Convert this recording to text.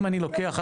אם אני הרי לוקח,